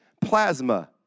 plasma